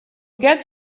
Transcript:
get